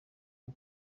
bwo